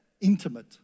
intimate